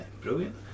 Brilliant